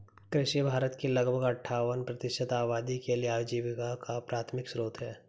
कृषि भारत की लगभग अट्ठावन प्रतिशत आबादी के लिए आजीविका का प्राथमिक स्रोत है